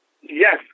Yes